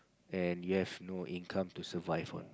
and you have no income to survive on